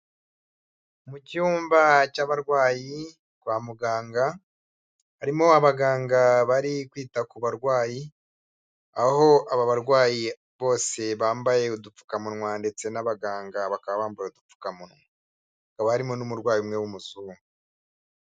Mu cyumba cy'abarwayi kwa muganga harimo abaganga bari kwita ku barwayi aho aba barwayi bose bambaye udupfukamunwa ndetse n'abaganga bakaba bambaye udupfukamunwa hakaba harimo n'umurwayi umwe w'umuzungu.